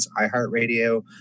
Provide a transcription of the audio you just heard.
iHeartRadio